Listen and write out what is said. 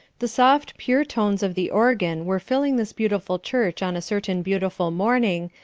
the soft, pure tones of the organ were filling this beautiful church on a certain beautiful morning,